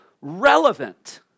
relevant